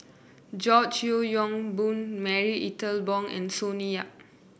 George Yeo Yong Boon Marie Ethel Bong and Sonny Yap